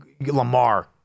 Lamar